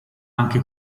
anche